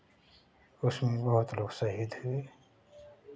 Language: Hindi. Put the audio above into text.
उसमें बहुत लोग शहीद हुए